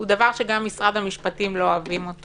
הוא דבר שגם משרד המשפטים לא אוהבים.